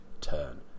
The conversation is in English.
turn